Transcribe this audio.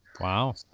Wow